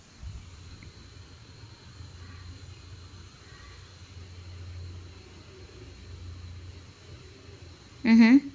mmhmm